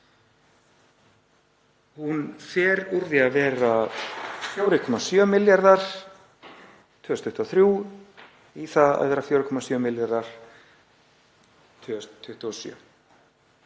Hún fer úr því að vera 4,7 milljarðar 2023 í það að vera 4,7 milljarðar 2027.